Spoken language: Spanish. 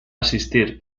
asistir